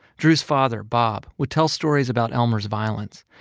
drew's father, bob, would tell stories about elmer's violence.